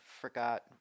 forgot